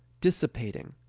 dissipating.